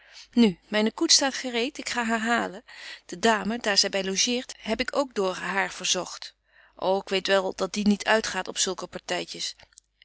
nu myne koets staat gereed ik ga haar halen de dame daar zy by logeert heb ik ook door haar verzogt ô ik weet wél dat die niet uitgaat op zulke partytjes